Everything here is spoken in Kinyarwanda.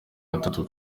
batatu